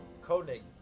Koenig